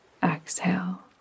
Exhale